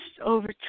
over